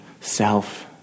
self